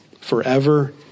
forever